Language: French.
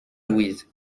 louise